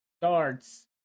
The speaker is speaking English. starts